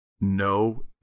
no